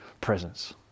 presence